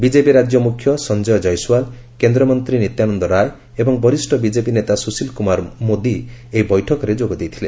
BJP ରାଜ୍ୟ ମୁଖ୍ୟ ସଞ୍ଚୟ କୟସ୍ୱାଲ୍ କେନ୍ଦ୍ରମନ୍ତ୍ରୀ ନିତ୍ୟାନନ୍ଦ ରାୟ ଏବଂ ବରିଷ୍ଠ ବିଜେପି ନେତା ସୁଶୀଲ କୁମାର ମୋଦୀ ଏହି ବୈଠକରେ ଯୋଗ ଦେଇଥିଲେ